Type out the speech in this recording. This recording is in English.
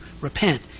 repent